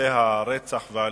בנושא הרצח והאלימות,